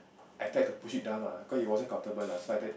I try to push it down lah cause it wasn't comfortable lah so I tried